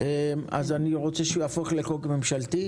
אני רוצה שהיא תהפוך להצעת חוק ממשלתית